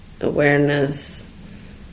awareness